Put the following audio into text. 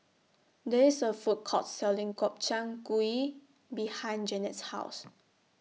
There IS A Food Court Selling Gobchang Gui behind Janet's House